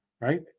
Right